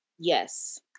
Yes